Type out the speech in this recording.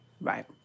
Right